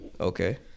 Okay